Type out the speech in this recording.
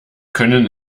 können